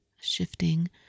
Shifting